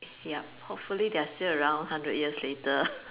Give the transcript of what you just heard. yup hopefully they're still around hundred years later